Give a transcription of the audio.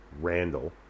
Randall